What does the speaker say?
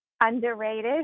Underrated